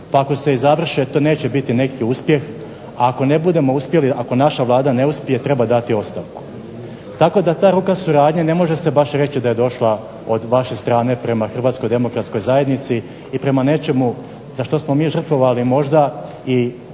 pa ako se i završe neće biti neki uspjeh, ako naša Vlada ne uspije treba dati ostavku. Tako da ta … suradnja ne može se baš reći da je došla od vaše strane prema Hrvatskoj demokratskoj zajednici i prema nečemu za što smo mi možda žrtvovali